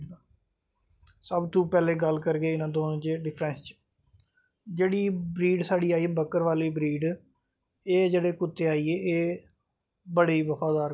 सब तो पैह्लें गल्ल करगे इनें दो ते डिफ्रैंस दी जेह्ड़ी ब्रीड आई साढ़ी बक्करवाली ब्रीड एह् जेह्ड़े कुत्ते आइये एह् बड़े बफादार कुत्ते